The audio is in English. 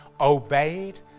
obeyed